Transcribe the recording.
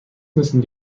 müssen